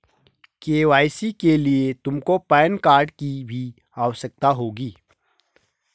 KYC के लिए तुमको पैन कार्ड की भी आवश्यकता होगी